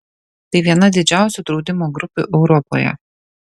tai viena didžiausių draudimo grupių europoje